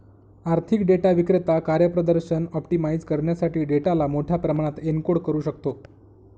आर्थिक डेटा विक्रेता कार्यप्रदर्शन ऑप्टिमाइझ करण्यासाठी डेटाला मोठ्या प्रमाणात एन्कोड करू शकतो